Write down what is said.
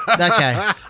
Okay